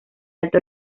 alto